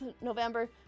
November